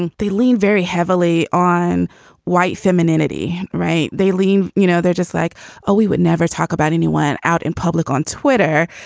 and they leaned very heavily on white femininity right. they lean. you know they're just like oh we would never talk about anyone out in public on twitter.